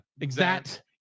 exact